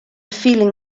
feeling